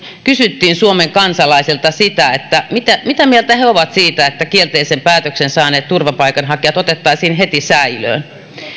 kysyttiin suomen kansalaisilta sitä mitä mitä mieltä he ovat siitä että kielteisen päätöksen saaneet turvapaikanhakijat otettaisiin heti säilöön